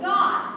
God